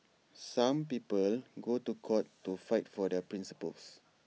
some people go to court to fight for their principles